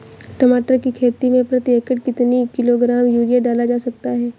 टमाटर की खेती में प्रति एकड़ कितनी किलो ग्राम यूरिया डाला जा सकता है?